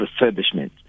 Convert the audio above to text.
refurbishment